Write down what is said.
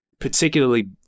particularly